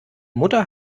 mutter